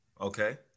okay